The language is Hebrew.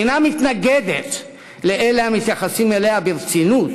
אינה מתנגדת לאלה המתייחסים אליה ברצינות